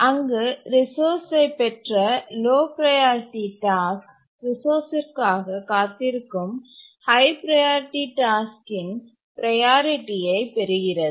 அங்கு ரிசோர்ஸ்யைப் பெற்ற லோ ப்ரையாரிட்டி டாஸ்க் ரிசோர்ஸ்ற்காகக் காத்திருக்கும் ஹய் ப்ரையாரிட்டி டாஸ்க்கின் ப்ரையாரிட்டியைப் பெறுகிறது